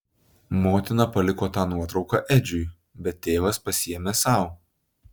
motina paliko tą nuotrauką edžiui bet tėvas pasiėmė sau